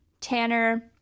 Tanner